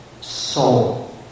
soul